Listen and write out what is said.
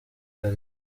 rimwe